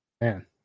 man